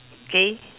okay